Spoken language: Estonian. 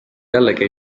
jällegi